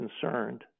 concerned